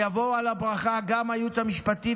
יבואו על הברכה גם הייעוץ המשפטי,